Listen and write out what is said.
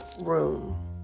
room